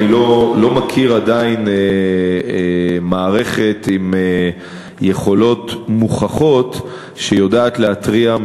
אני עדיין לא מכיר מערכת עם יכולות מוכחות שיודעת להתריע,